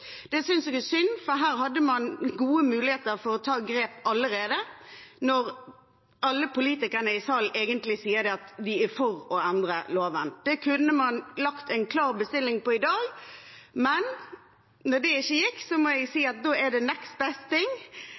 Det synes jeg er synd, for her hadde man gode muligheter til å ta grep allerede nå, når alle politikerne i salen egentlig sier at de er for å endre loven. Det kunne man lagt inn en klar bestilling på i dag, men når det ikke gikk, må jeg si at da er det